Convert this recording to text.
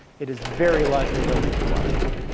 it is very likely they'll make you a lot of money.